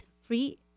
free